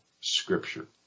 scripture